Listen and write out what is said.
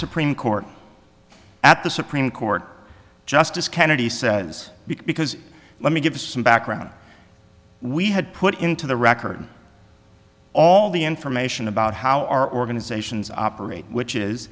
supreme court at the supreme court justice kennedy says because let me give some background we had put into the record all the information about how our organizations operate which is